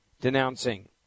denouncing